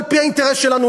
על-פי האינטרס שלנו,